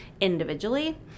individually